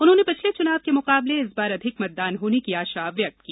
उन्होंने पिछले चुनाव के मुकाबले इस बार अधिक मतदान होने की आशा व्यक्त की